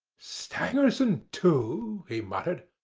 stangerson too! he muttered.